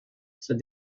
said